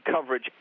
coverage